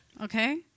okay